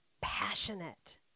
passionate